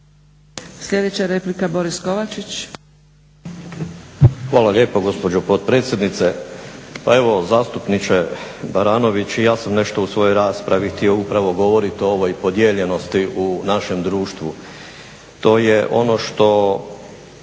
na repliku, Boris Kovačić.